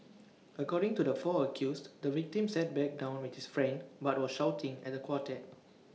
according to the four accused the victim sat back down with his friend but was shouting at the quartet